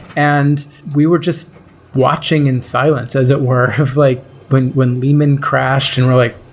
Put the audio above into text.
and we were just watching in silence as it were of like when when lehman crashed and we're like,